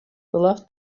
beloved